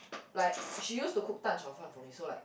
like she used to cook 蛋炒饭 for me so like